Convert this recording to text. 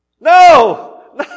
No